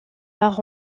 par